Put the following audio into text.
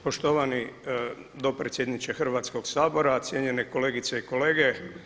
Poštovani dopredsjedniče Hrvatskog sabora, cijenjene kolegice i kolege.